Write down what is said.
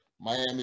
miami